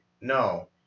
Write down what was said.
no